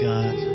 God